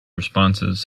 responses